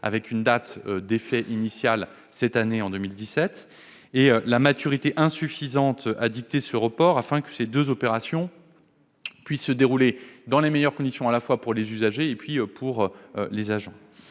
avec une date d'effet initialement prévue en 2017. La maturité insuffisante des projets a dicté ce report, afin que ces deux opérations puissent se dérouler dans les meilleures conditions à la fois pour les usagers et pour les agents.